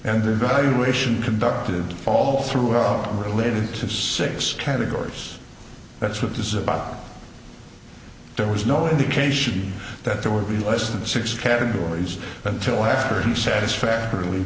and the evaluation conducted all through are related to six categories that's what this is about there was no indication that there would be less than six categories until after you satisfactorily